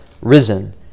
risen